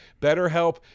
BetterHelp